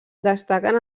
destaquen